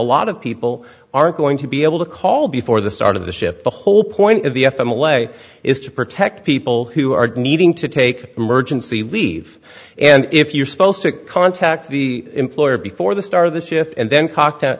lot of people aren't going to be able to call before the start of the shift the whole point of the f m away is to protect people who are needing to take emergency leave and if you're supposed to contact the employer before the start of the shift and then caulk to